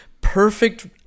perfect